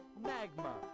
magma